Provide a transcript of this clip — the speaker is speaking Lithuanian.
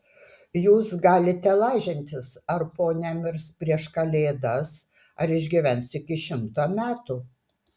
jūs galite lažintis ar ponia mirs prieš kalėdas ar išgyvens iki šimto metų